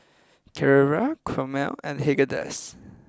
Carrera Chomel and Haagen Dazs